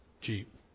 Jeep